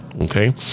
okay